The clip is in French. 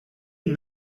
ils